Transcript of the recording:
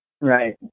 right